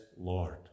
lord